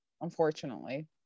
unfortunately